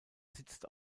sitzt